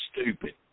stupid